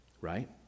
right